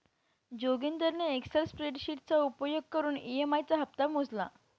जोगिंदरने एक्सल स्प्रेडशीटचा उपयोग करून ई.एम.आई चा हप्ता मोजला